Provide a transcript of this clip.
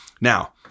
Now